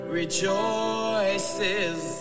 rejoices